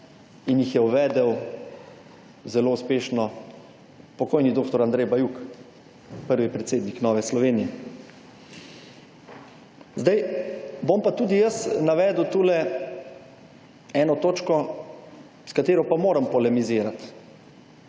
in jih je uvedel, zelo uspešno, pokojni dr. Andrej Bajuk, prvi predsednik Nove Slovenije. Zdaj, bom pa tudi jaz navedel tule eno točko, s katero pa moram polemizirati.